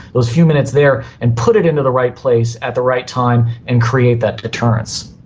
those few minutes there, and put it into the right place at the right time and create that deterrence.